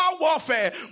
warfare